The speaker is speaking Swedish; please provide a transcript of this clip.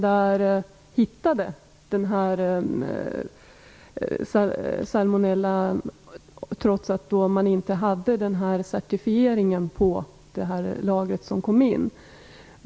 Där hittade man salmonella, trots att det saknades certifiering på det lager som kom in.